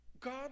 God